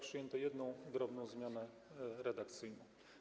Przyjęto jedną drobną zmianę redakcyjną.